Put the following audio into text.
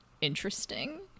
interesting